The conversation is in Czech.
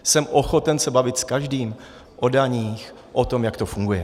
Jsem ochoten se bavit s každým o daních, o tom, jak to funguje.